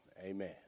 amen